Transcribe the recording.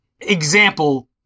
example